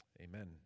Amen